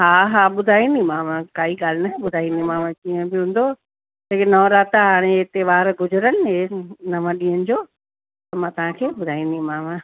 हा हा ॿुधाईंदीमाव काई ॻाल्हि न ॿुधाईंदीमाव जीअं बि हूंदो लेकिन नवरात्रा हाणे त्योहार घुजरनि हे नव ॾींहनि जो त मां तव्हांखे ॿुधाईंदीमाव